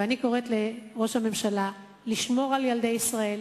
ואני קוראת לראש הממשלה לשמור על ילדי ישראל,